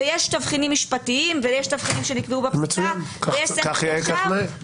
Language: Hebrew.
ויש תבחינים משפטיים ויש תבחינים שנקבעו בפסיקה ויש שכל ישר,